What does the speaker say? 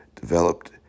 developed